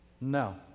no